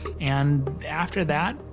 and after that,